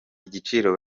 igiciro